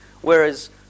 Whereas